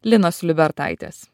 linos liubertaitės